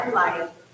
life